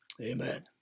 Amen